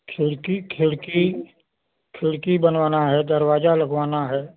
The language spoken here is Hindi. खिड़की खिड़की खिड़की बनवाना है दरवाजा लगवाना है